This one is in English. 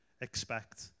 expect